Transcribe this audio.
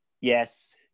yes